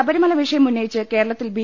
ശബരിമല വിഷയം ഉന്നയിച്ച് കേര ളത്തിൽ ബി